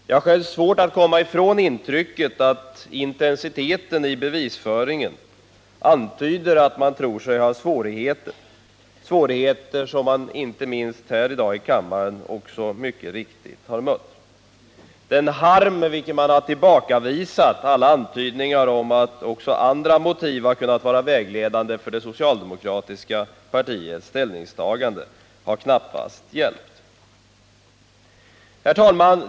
Jag har själv svårt att komma ifrån intrycket att intensiteten i bevisföringen antyder att man uppfattat sig ha svårigheter, svårigheter som man inte minst har mött i kammaren i dag. Den harm med vilken man har tillbakavisat alla antydningar om att också andra motiv än Harrisburgolyckan varit vägledande för det socialdemokratiska partiets nya ställningstagande har knappast hjälpt. Herr talman!